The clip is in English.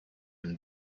and